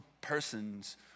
persons